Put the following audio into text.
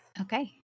Okay